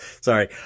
sorry